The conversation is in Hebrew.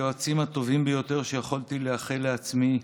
היועצים הטובים ביותר שיכולתי לאחל לעצמי,